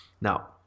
Now